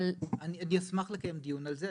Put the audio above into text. אני אשמח לקיים דיון על זה.